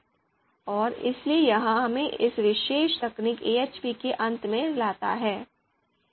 और इसलिए यह हमें इस विशेष तकनीक AHP के अंत में लाता है